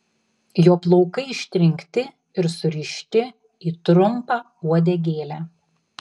jo plaukai ištrinkti ir surišti į trumpą uodegėlę